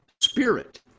spirit